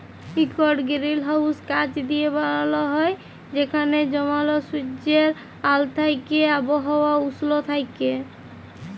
ইকট গিরিলহাউস কাঁচ দিঁয়ে বালাল হ্যয় যেখালে জমাল সুজ্জের আল থ্যাইকে আবহাওয়া উস্ল থ্যাইকে